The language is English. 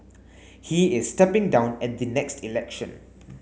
he is stepping down at the next election